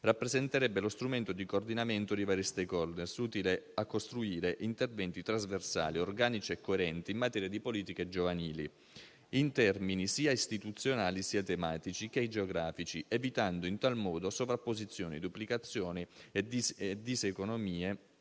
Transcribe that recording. rappresenterebbe lo strumento di coordinamento dei vari *stakeholder*, utile a costruire interventi trasversali, organici e coerenti in materia di politiche giovanili, in termini sia istituzionali, sia tematici, sia geografici, evitando in tal modo sovrapposizioni, duplicazioni e diseconomie,